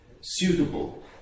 suitable